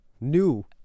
new